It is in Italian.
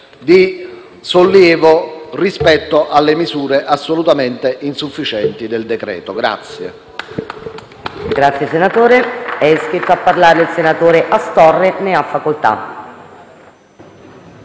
di sollievo rispetto alle misure assolutamente insufficienti del decreto-legge